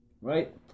Right